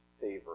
favor